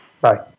Bye